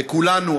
כולנו,